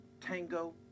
tango